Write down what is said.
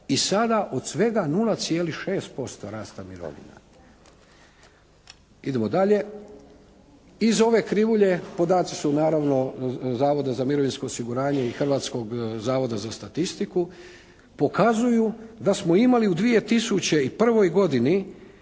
i sada od svega 0,6% rasta mirovina. Iz ove krivulje podaci su naravno Zavoda za mirovinsko osiguranje i Hrvatskog zavoda za statistiku, pokazuju da smo imali u 2001. godini